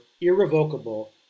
irrevocable